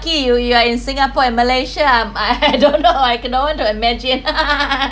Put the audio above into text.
you are in singapore and malaysia I‘m I don't know I can to imagine